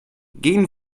gehen